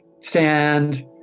sand